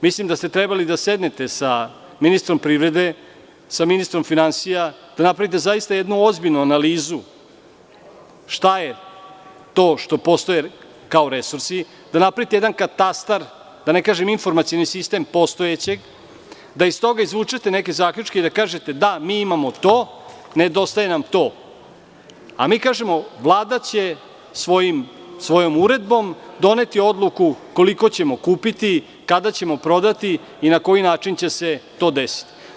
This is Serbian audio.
Mislim da ste trebali da sednete sa ministrom privrede, sa ministrom finansija, da napravite jednu ozbiljnu analizu šta je to što postoji kao resurs, da napravite jedan katastar, da ne kažem informacioni sistem postojećeg, da iz toga izvučete neke zaključke i da kažete – da, mi imamo to, nedostaje nam to, a mi kažemo - Vlada će svojom uredbom doneti odluku koliko ćemo kupiti, kada ćemo prodati i na koji način će se to desiti.